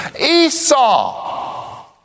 Esau